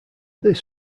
this